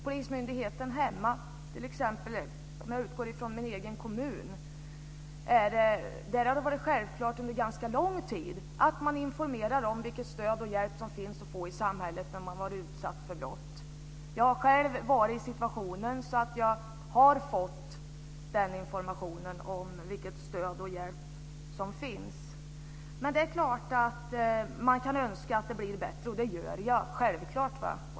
På polismyndigheten i min egen kommun har det varit självklart under ganska lång tid att man informerar om vilket stöd och vilken hjälp som finns att få i samhället för den som har varit utsatt för brott. Jag har själv varit i den situationen, och jag har fått informationen om vilket stöd och vilken hjälp som finns. Men det är klart att man kan önska att det blir bättre. Självfallet gör jag det.